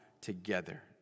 together